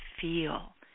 feel